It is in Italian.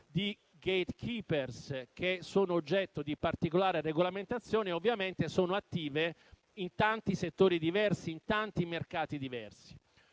di *gatekeeper* che sono oggetto di particolare regolamentazione e ovviamente sono attivi in tanti settori e in tanti mercati diversi.